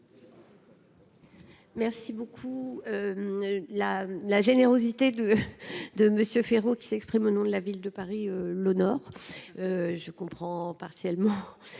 de vote. La générosité de Rémi Féraud, qui s’exprime au nom de la Ville de Paris, l’honore. Je comprends partiellement